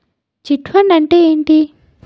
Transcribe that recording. Chit fund అంటే ఏంటి?